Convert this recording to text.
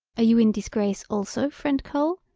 are you in deesgrace also, friend cole?